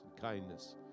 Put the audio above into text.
kindness